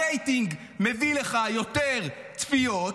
הרייטינג מביא לך יותר צפיות,